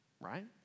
right